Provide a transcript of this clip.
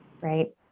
Right